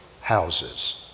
houses